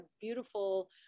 beautiful